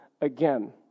again